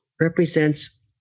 represents